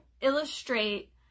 illustrate